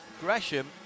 Gresham